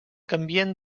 canvien